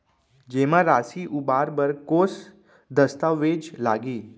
जेमा राशि उबार बर कोस दस्तावेज़ लागही?